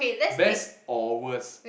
best or worst